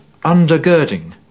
undergirding